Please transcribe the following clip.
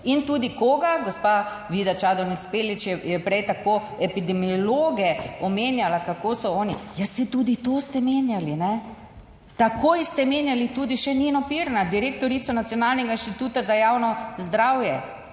in tudi koga, gospa Vida Čadonič Špelič, prej tako epidemiologe omenjala, kako so oni. Ja, saj tudi to ste menjali, takoj ste menjali tudi še Nino Pirnat, direktorico Nacionalnega inštituta. Za javno zdravje,